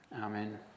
amen